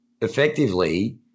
effectively